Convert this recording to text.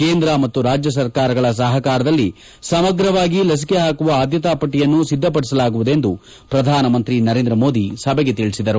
ಕೇಂದ್ರ ಮತ್ತು ರಾಜ್ಯ ಸರ್ಕಾರಗಳ ಸಹಕಾರದಲ್ಲಿ ಸಮಗ್ರವಾಗಿ ಲಸಿಕೆ ಹಾಕುವ ಆದ್ದತಾಪಟ್ಟಯನ್ನು ಒದ್ದಪಡಿಸಲಾಗುವುದೆಂದು ಪ್ರಧಾನಮಂತ್ರಿ ನರೇಂದ್ರಮೋದಿ ಸಭೆಗೆ ತಿಳಿಸಿದರು